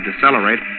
decelerate